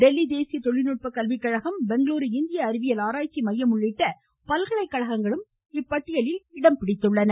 டெல்லி தேசிய தொழில்நுட்ப கழகம் பெங்களுரு இந்திய அறிவியல் ஆராய்ச்சி மையம் உள்ளிட்ட பல்கலைக்கழகங்களும் இப்பட்டியலில் இடம்பெற்றுள்ளன